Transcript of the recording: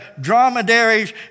dromedaries